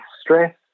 stress